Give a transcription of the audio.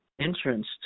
entrance